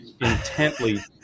intently